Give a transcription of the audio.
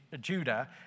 Judah